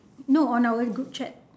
no on our group chat